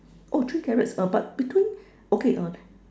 oh three carrots uh but between okay uh